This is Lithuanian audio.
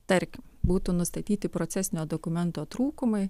tarkim būtų nustatyti procesinio dokumento trūkumai